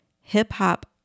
hip-hop